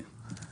כן.